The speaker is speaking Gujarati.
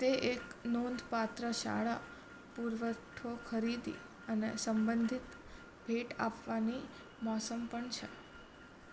તે એક નોંધપાત્ર શાળા પુરવઠો ખરીદી અને સંબંધિત ભેટ આપવાની મોસમ પણ છે